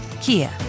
Kia